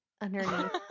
underneath